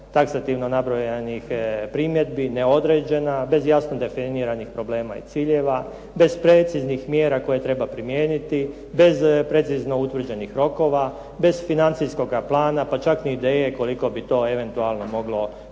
taksativno nabrojanih primjedbi, neodređena, bez jasno definiranih problema i ciljeva, bez preciznih mjera koje treba primijeniti, bez precizno utvrđenih rokova, bez financijskoga plana pa čak ni ideje koliko bi to eventualno moglo